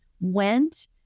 went